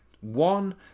One